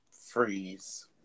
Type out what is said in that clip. Freeze